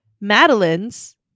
Madeline's